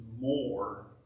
more